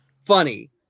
funny